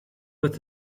with